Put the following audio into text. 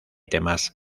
temas